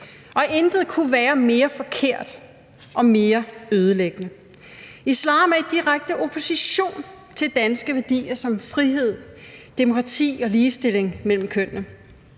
Og intet kunne være mere forkert og mere ødelæggende. Islam er i direkte opposition til danske værdier som frihed, demokrati og ligestilling mellem kønnene.